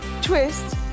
twist